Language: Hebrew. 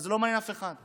אבל זה לא מעניין אף אחד.